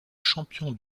champion